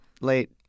late